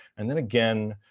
and then again,